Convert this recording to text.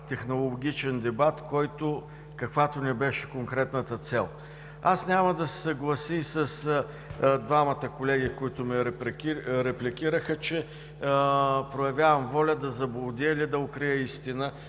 технологичен дебат, каквато не беше конкретната цел. Аз няма да се съглася и с двамата колеги, които ме репликираха, че проявявам воля да заблудя или да укрия истина